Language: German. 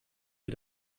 wir